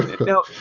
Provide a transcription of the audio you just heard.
Now